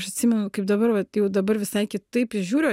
aš atsimenu kaip dabar vat jau dabar visai kitaip įžiūriu